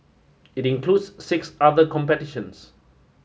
it includes six other competitions